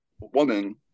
woman